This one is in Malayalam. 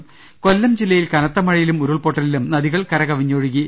ദർവ്വെടെട കോട്ടയം ജില്ലയിൽ കനത്ത മഴയിലും ഉരുൾപൊട്ടലിലും നദികൾ കര കവിഞ്ഞൊഴുകി